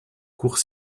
cours